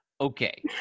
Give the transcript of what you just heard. Okay